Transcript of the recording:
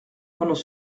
pendant